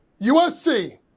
USC